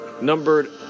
numbered